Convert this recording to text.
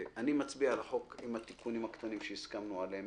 את הצעת החוק עם התיקונים הקטנים שהסכמנו עליהם,